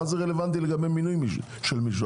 מה זה רלוונטי לגבי מינוי של מישהו?